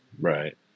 right